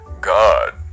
god